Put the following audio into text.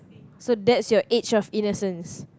so that's your age of innocence